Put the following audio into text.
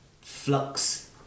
Flux